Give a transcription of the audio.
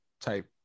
type